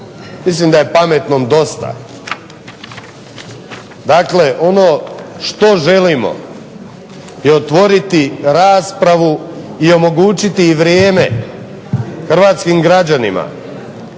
Mislim da je pametnom dosta. Dakle, ono što želimo je otvoriti raspravu i omogućiti i vrijeme hrvatskim građanima